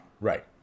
Right